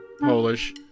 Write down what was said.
Polish